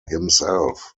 himself